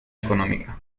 económica